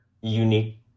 unique